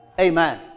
Amen